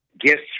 gifts